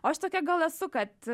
o aš tokia gal esu kad